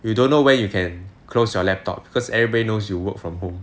you don't know when you can close your laptop because everybody knows you work from home